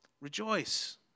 Rejoice